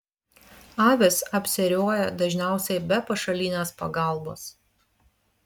avys apsiėriuoja dažniausiai be pašalinės pagalbos